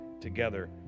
together